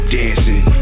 dancing